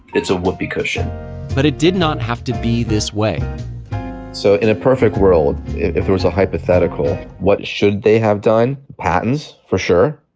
it's a whoopee cushion but it did not have to be this way so in a perfect world, if there was a hypothetical, what should they have done? patents for sure.